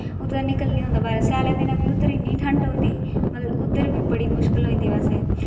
उधर निकलन नेई होंदा बाहर स्याले दे दिने च उधर इनी ठंड होंदी मतलब उदर बी बडी मुशकिल होई जंदी बेसे